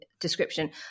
Description